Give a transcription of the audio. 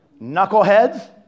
Knuckleheads